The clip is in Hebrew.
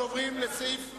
אנחנו עוברים לסעיף 73,